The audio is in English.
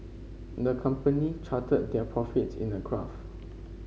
the company charted their profits in a